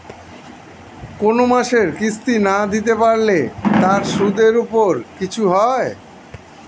কোন মাসের কিস্তি না দিতে পারলে তার সুদের উপর কিছু হয়?